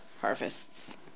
harvests